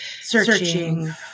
searching